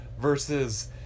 versus